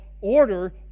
order